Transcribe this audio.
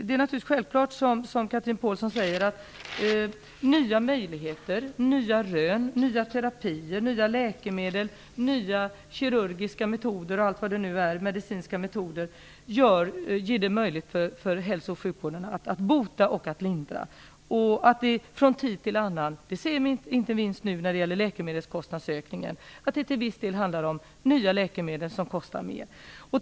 Det är självklart, som Chatrine Pålsson säger, att nya rön, nya terapier, nya läkemedel, nya kirurgiska och medicinska metoder och allt vad det nu är gör det möjligt för hälso och sjukvården att bota och att lindra. Att det från tid till annan till viss del handlar om nya läkemedel som kostar mer ser vi inte minst nu när det gäller läkemedelskostnadsökningen.